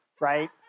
Right